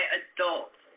adults